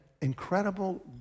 incredible